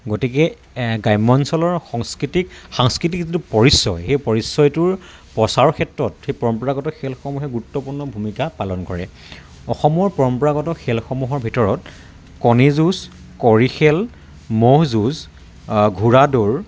গতিকে গ্ৰাম্য অঞ্চলৰ সংস্কৃতিক সাংস্কৃতিক যিটো পৰিচয় সেই পৰিচয়টোৰ প্ৰচাৰৰ ক্ষেত্ৰত সেই পৰম্পৰাগত খেলসমূহে গুৰুত্বপূৰ্ণ ভূমিকা পালন কৰে অসমৰ পৰম্পৰাগত খেলসমূহৰ ভিতৰত কণী যুঁজ কড়ি খেল ম'হ যুঁজ ঘোঁৰা দৌৰ